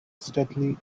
steadily